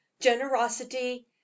generosity